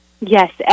Yes